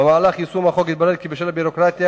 במהלך יישום החוק התברר כי בשל ביורוקרטיה